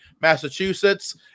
Massachusetts